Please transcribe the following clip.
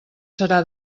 serà